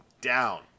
down